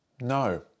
No